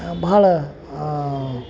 ಭಾಳ